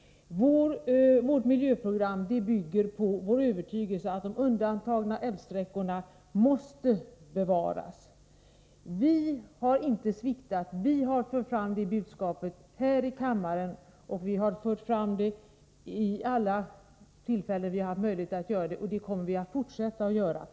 Vårt miljöprogram bygger på vår övertygelse om att de undantagna älvsträckorna måste bevaras. Vi har inte sviktat. Vi har fört fram vårt budskap här i kammaren och i alla sammanhang där vi haft tillfälle att göra det. Vi kommer att fortsätta att göra det.